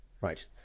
Right